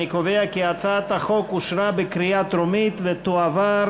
אני קובע כי הצעת החוק אושרה בקריאה טרומית ותועבר